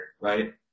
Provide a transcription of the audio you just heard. Right